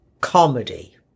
comedy